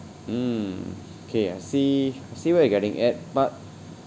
mm K I see see where you're getting at but